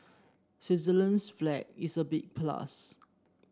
Switzerland's flag is a big plus